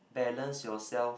balance yourself